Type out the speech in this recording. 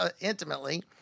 intimately